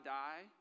die